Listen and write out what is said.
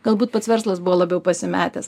galbūt pats verslas buvo labiau pasimetęs